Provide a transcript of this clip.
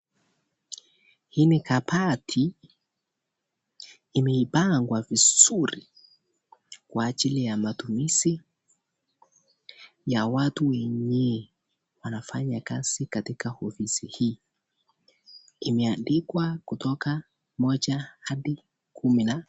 Hii ni kabati imepangwa vizuri kwa ajili ya matumizi ya watu wenye wanafanya kazi katika ofisi hii. Imeandikwa kutoka moja hadi kumi na.